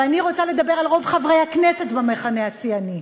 ואני רוצה לדבר על רוב חברי הכנסת במחנה הציוני.